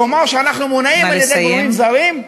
לומר שאנחנו מונעים על-ידי גורמים זרים?